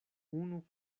unu